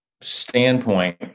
standpoint